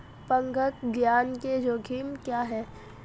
बंधक ऋण के जोखिम क्या हैं?